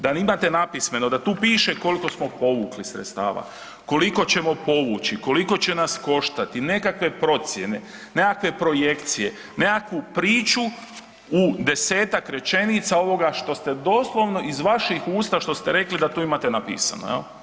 Da imate napismeno, da tu piše kolko smo povukli sredstava, koliko ćemo povući, koliko će nas koštati, nekakve procjene, nekakve projekcije, nekakvu priču u 10-tak rečenica ovoga što ste doslovno iz vaših usta što ste rekli da to imate napisano.